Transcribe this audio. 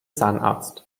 zahnarzt